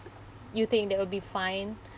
you think that will be fine